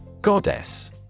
Goddess